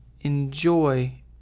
Enjoy